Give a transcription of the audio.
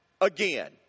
again